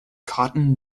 cotton